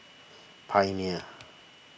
Pioneer